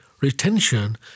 retention